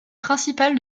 principal